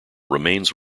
remains